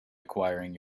acquiring